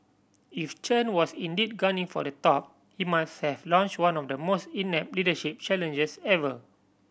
if Chen was indeed gunning for the top he must have launch one of the most inept leadership challenges ever